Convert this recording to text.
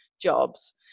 jobs